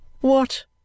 What